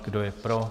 Kdo je pro?